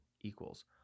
equals